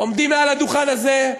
עומדים מעל הדוכן הזה,